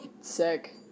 sick